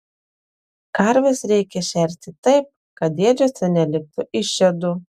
karves reikia šerti taip kad ėdžiose neliktų išėdų